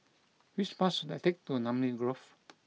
which bus should I take to Namly Grove